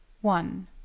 one